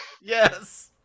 Yes